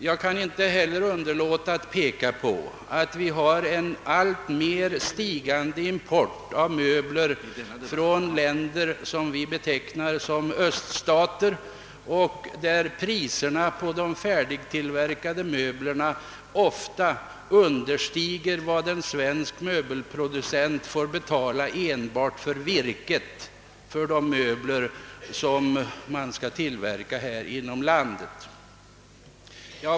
Jag kan inte heller underlåta att peka på att vi har en alltmer stigande import av möbler från länder som vi betecknar som öststater och där priserna på de färdigtillverkade möblerna ofta understiger vad en svensk möbelproducent får betala enbart för virket för de möbler som man skall tillverka här inom landet.